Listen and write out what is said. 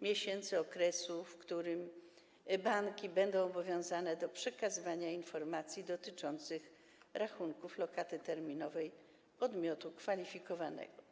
miesięcy okresu, w którym banki będą obowiązane do przekazywania informacji dotyczących rachunków lokaty terminowej podmiotu kwalifikowanego.